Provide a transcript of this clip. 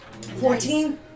Fourteen